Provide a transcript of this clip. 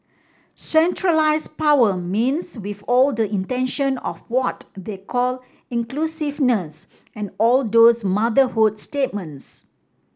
centralise power means with all the intention of what they call inclusiveness and all those motherhood statements